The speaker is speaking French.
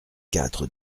quatre